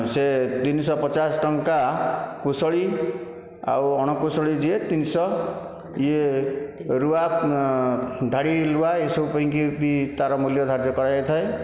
ସେ ତିନିଶହ ପଚାଶ ଟଙ୍କା କୁଶଳୀ ଆଉ ଅଣ କୁଶଳୀ ଯିଏ ତିନିଶହ ଇଏ ରୁଆ ଧାଡ଼ି ରୁଆ ଏସବୁ ପାଇଁକି ବି ତାର ମୂଲ୍ୟ ଧାର୍ଯ୍ୟ କରାଯାଇଥାଏ